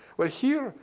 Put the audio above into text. well, here,